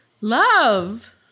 Love